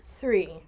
three